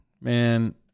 Man